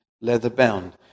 leather-bound